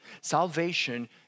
Salvation